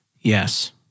Yes